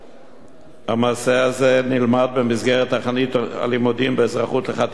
המעשה הזה נלמד במסגרת תוכנית הלימודים באזרחות לחטיבה העליונה,